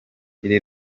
iri